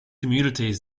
communities